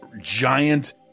giant